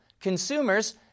Consumers